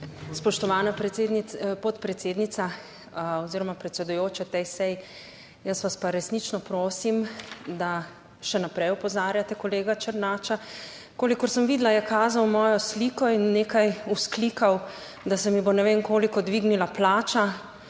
spoštovana podpredsednica oziroma predsedujoča tej seji. Jaz vas pa resnično prosim, da še naprej opozarjate kolega Černača. Kolikor sem videla je kazal mojo sliko in nekaj vzklikal, da se mi bo ne vem koliko dvignila plača.